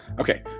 Okay